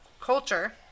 culture